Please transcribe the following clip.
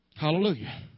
Hallelujah